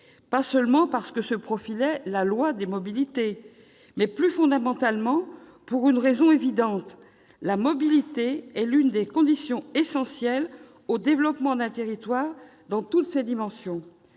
plus seulement parce que se profilait la loi Mobilités. C'est, plus fondamentalement, pour cette raison évidente que la mobilité est l'une des conditions essentielles au développement d'un territoire dans toutes ses dimensions